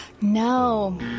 No